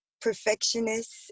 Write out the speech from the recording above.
perfectionist